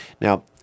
Now